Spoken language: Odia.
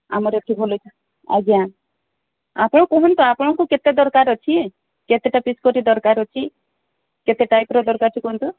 ଆମର ଏଠି ଭଲ ଆଜ୍ଞା ଆପଣ କୁହନ୍ତୁ ଆପଣଙ୍କୁ କେତେ ଦରକାର ଅଛି କେତେଟା ପିସ୍ କରି ଦରକାର ଅଛି କେତେ ଟାଇପ୍ର ଦରକାର ଅଛି କୁହନ୍ତୁ